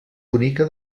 bonica